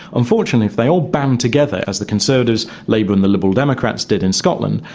unfortunately if they all band together, as the conservatives, labour and the liberal democrats did in scotland,